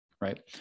right